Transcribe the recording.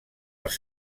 els